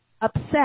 upset